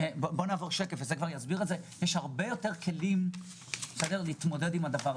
אני בתור הממונה על השכר קובע את השכר ויכול לתת להם קווים מנחים,